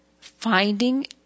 finding